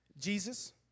Jesus